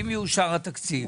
אם יאושר התקציב,